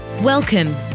Welcome